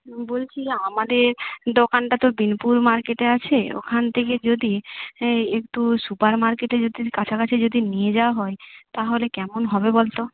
বলছি আমাদের দোকানটা তো বিনপুর মার্কেটে আছে ওখান থেকে যদি একটু সুপার মার্কেটে যদি কাছাকাছি যদি নিয়ে যাওয়া হয় তাহলে কেমন হবে বল তো